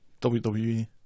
WWE